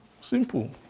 Simple